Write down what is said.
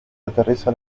aterriza